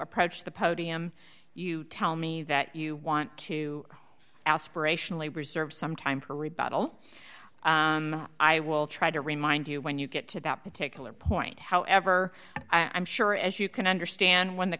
approach the podium you tell me that you want to aspirational reserve some time for rebuttal i will try to remind you when you get to that particular point however i'm sure as you can understand when the